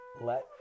Let